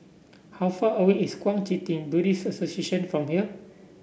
how far away is Kuang Chee Tng Buddhist Association from here